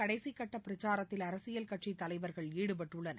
கடைசிகட்டப் பிரச்சாரத்தில் அரசியல் கட்சித் தலைவர்கள் ஈடுபட்டுள்ளனர்